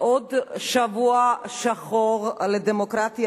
עוד שבוע שחור לדמוקרטיה